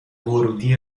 ورودی